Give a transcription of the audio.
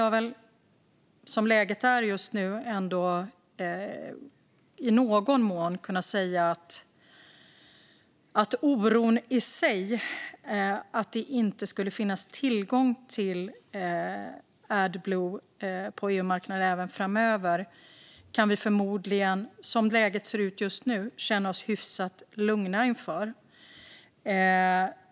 Jag kan, som läget är just nu, ändå i någon mån säga att när det gäller oron i sig för att det inte skulle finnas tillgång till Adblue på EU-marknaden framöver kan vi förmodligen känna oss hyfsat lugna.